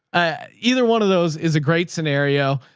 either. one of those is a great scenario.